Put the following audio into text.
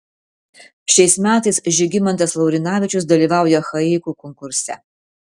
šiais metais žygimantas laurinavičius dalyvauja haiku konkurse